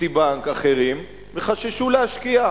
"סיטי בנק" ואחרים וחששו להשקיע.